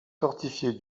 fortifiée